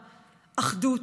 אחדות,